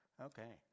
Okay